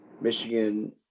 Michigan